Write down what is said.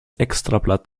extrablatt